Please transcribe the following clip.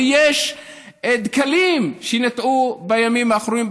ויש דקלים שניטעו בימים האחרונים,